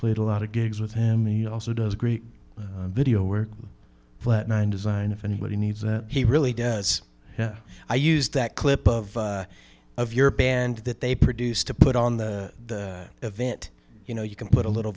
played a lot of gigs with him he also does great video work flat nine design if anybody needs that he really does yeah i use that clip of of your band that they produce to put on the event you know you can put a little